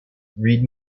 read